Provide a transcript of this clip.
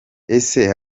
ese